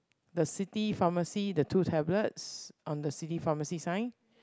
the city pharmacy the two tablets on the city pharmacy sign